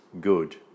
good